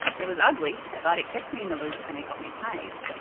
it was ugly, but it kept me in the loop and it got me paid.